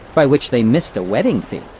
by which they missed a wedding fee.